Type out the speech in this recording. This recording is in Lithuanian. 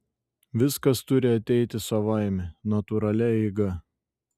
viskas turi ateiti savaime natūralia eiga